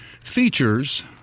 features